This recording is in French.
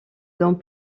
dans